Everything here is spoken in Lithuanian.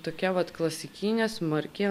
tokia vat klasikinė smarki